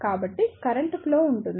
కాబట్టి current flow ఉంటుంది